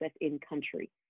in-country